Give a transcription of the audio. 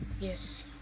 Yes